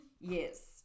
Yes